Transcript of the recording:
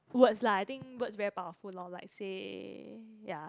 words lah I think words very powerful lor like say